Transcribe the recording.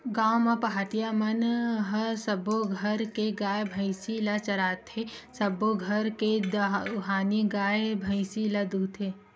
गाँव म पहाटिया मन ह सब्बो घर के गाय, भइसी ल चराथे, सबो घर के दुहानी गाय, भइसी ल दूहथे